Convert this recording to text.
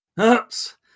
Oops